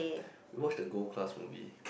we watched the gold class movie